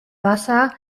wasser